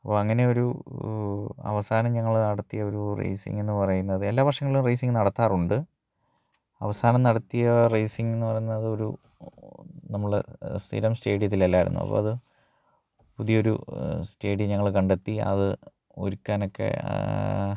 അപ്പം അങ്ങനെയൊരു അവസാനം ഞങ്ങൾ നടത്തിയ ഒരു റേസിങ് എന്ന് പറയുന്നത് എല്ലാ വര്ഷങ്ങളിലും റേസിംഗ് നടത്താറുണ്ട് അവസാനം നടത്തിയ റേസിംഗ് എന്ന് പറയുന്നതൊരു നമ്മൾ സ്ഥിരം സ്റ്റേഡിയത്തിൽ അല്ലായിരുന്നു അപ്പം അത് പുതിയൊരു സ്റ്റേഡിയം ഞങ്ങൾ കണ്ടെത്തി അത് ഒരുക്കാനൊക്കെ